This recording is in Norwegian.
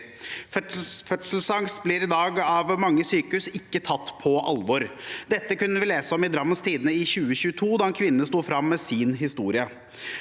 Fødselsangst blir i dag av mange sykehus ikke tatt på alvor. Dette kunne vi lese om i Drammens Tidende i 2022, da en kvinne sto fram med sin historie.